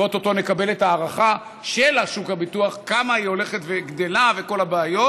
ואו-טו-טו נקבל את ההערכה של שוק הביטוח כמה הוא הולך וגדל וכל הבעיות.